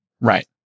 Right